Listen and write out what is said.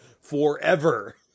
forever